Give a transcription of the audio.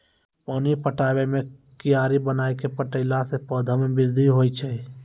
पानी पटाबै मे कियारी बनाय कै पठैला से पौधा मे बृद्धि होय छै?